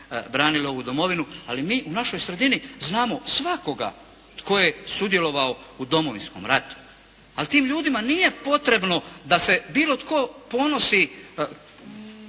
branili ovu domovinu, ali mi u našoj sredini znamo svakoga tko je sudjelovao u Domovinskom ratu. Ali tim ljudima nije potrebno da se bilo tko ponosi